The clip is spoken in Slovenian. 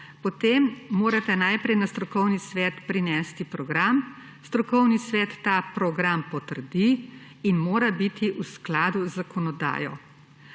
potem morate najprej na strokovni svet prinesti program, strokovni svet ta program potrdi in mora biti v skladu z zakonodajo.